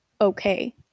okay